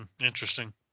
interesting